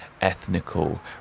ethnical